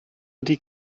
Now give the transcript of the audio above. ydy